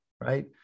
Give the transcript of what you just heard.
right